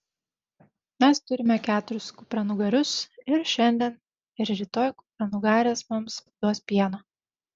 mes turime keturis kupranugarius ir šiandien ir rytoj kupranugarės mums duos pieno